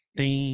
tem